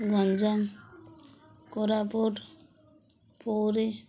Ganjam Koraput Puri